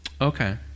Okay